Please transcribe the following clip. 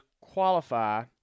qualify